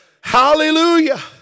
Hallelujah